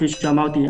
כפי שאמרתי,